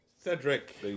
Cedric